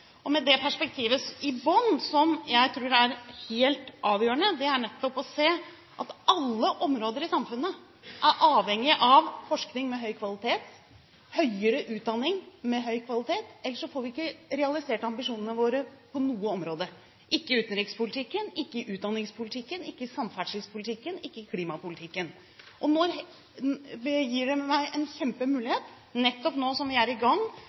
det perspektivet i bunnen – som jeg tror er helt avgjørende: nettopp det å se at alle områder i samfunnet er avhengig av forskning med høy kvalitet og høyere utdanning med høy kvalitet, ellers får vi ikke realisert ambisjonene våre på noe område – ikke i utenrikspolitikken, ikke i utdanningspolitikken, ikke i samferdselspolitikken og ikke i klimapolitikken. Det gir meg en kjempemulighet, nå som vi er i gang